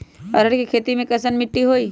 अरहर के खेती मे कैसन मिट्टी होइ?